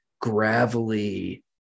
gravelly